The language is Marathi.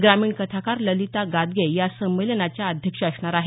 ग्रामीण कथाकार ललिता गादगे या संमेलनाच्या अध्यक्ष असणार आहेत